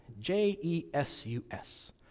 J-E-S-U-S